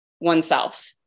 oneself